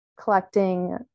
collecting